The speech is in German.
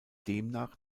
demnach